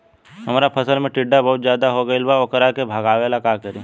हमरा फसल में टिड्डा बहुत ज्यादा हो गइल बा वोकरा के भागावेला का करी?